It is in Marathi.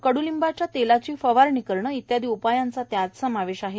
कइनिंबाच्या तेलाची फवारणी करणं इत्यादी उपायांचा त्यात समावेश आहे